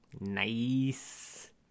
nice